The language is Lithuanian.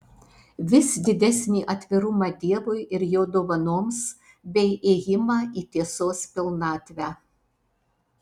vis didesnį atvirumą dievui ir jo dovanoms bei ėjimą į tiesos pilnatvę